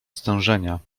stężenia